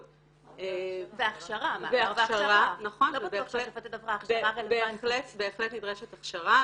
-- הכשרה --- עברה הכשרה --- בהחלט נדרשת הכשרה,